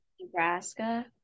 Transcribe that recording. Nebraska